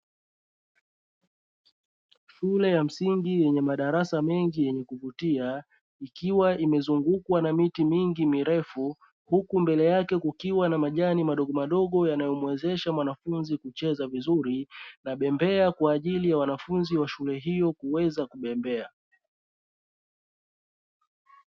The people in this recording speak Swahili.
Shule ya msingi yenye madarasa mengi yenye kuvutia ikiwa imezungukwa na miti mingi mirefu, huku mbele yake kukiwa na majani madogomadogo yanayomuwezesha mwanafunzi kucheza vizuri na bembea kwa ajili ya wanafunzi wa shule hiyo kuweza kubembea.